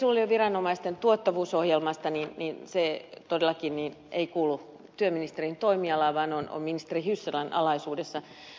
työsuojeluviranomaisten tuottavuusohjelmasta totean että se todellakaan ei kuulu työministerin toimialaan vaan on ministeri hyssälän alaisuudessa